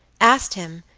asked him,